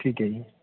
ਠੀਕ ਹੈ ਜੀ